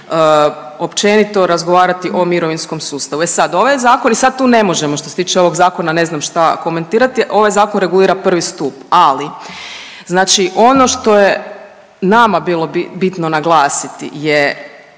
općenito razgovarati o mirovinskom sustavu. E sad, ovaj zakon i sad tu ne možemo što se tiče ovog zakona ne znam šta komentirati ovaj zakon regulira 1. stup, ali ono što je nama bilo bitno naglasiti je